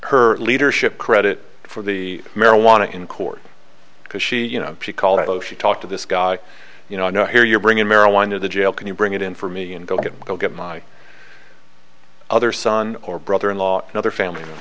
her leadership credit for the marijuana in court because she you know she called out oh she talked to this guy you know here you're bringing marijuana to the jail can you bring it in for me and go get go get my other son or brother in law another famil